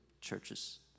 churches